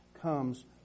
comes